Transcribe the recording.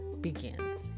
begins